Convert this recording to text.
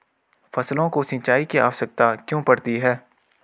फसलों को सिंचाई की आवश्यकता क्यों पड़ती है?